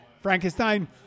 Frankenstein